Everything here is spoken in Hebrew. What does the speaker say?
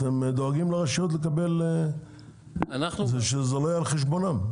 אתם דואגים לרשויות שזה לא יהיה על חשבונם?